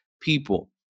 people